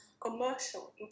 commercial